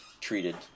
treated